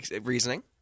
Reasoning